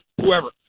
whoever